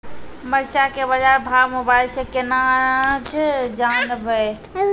मरचा के बाजार भाव मोबाइल से कैनाज जान ब?